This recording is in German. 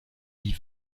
die